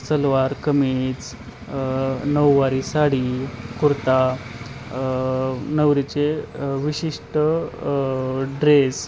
सलवार कमीझ नऊवारी साडी कुर्ता नवरीचे विशिष्ट ड्रेस